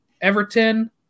Everton